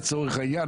לצורך העניין,